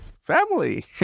family